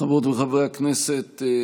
חברות וחברי הכנסת,